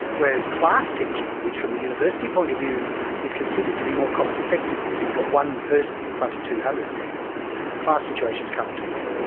whereas class teaching, which from the university point of view is considered to be more cost-effective, because you've got one person in front of two hundred people class situations can't do that.